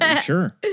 sure